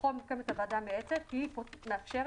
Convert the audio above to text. שמכוחו מוקמת הוועדה המייעצת היא מאפשרת